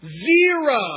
zero